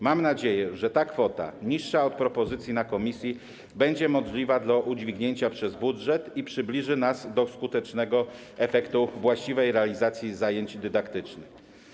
Mam nadzieję, że ta kwota, niższa od propozycji na posiedzeniu komisji, będzie możliwa do udźwignięcia przez budżet i przybliży nas do skutecznego efektu właściwej realizacji zajęć dydaktycznych.